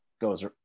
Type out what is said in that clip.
goes